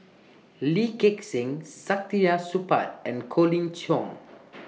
Lee Gek Seng Saktiandi Supaat and Colin Cheong